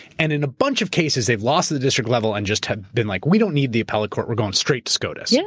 and in a bunch of cases, they've lost at the district level and just have been like, we don't need the appellate court. we're going straight to scotus, yeah